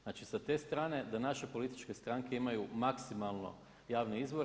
Znači sa te strane da naše političke stranke imaju maksimalno javne izvore.